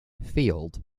field